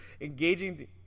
engaging